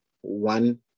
one